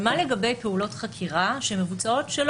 מה לגבי פעולות חקירה שמבוצעות שלא